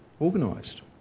organised